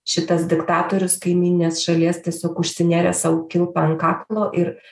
šitas diktatorius kaimyninės šalies tiesiog užsinėrė sau kilpą ant kaklo ir